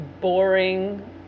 boring